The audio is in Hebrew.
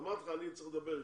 אמרתי לך, אני צריך לדבר אתו.